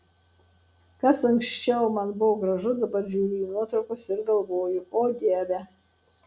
kas anksčiau man buvo gražu dabar žiūriu į nuotraukas ir galvoju o dieve